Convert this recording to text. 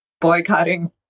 boycotting